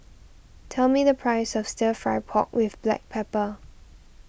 tell me the price of Stir Fry Pork with Black Pepper